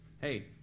Hey